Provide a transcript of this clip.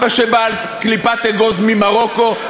אבא שבא על קליפת אגוז ממרוקו,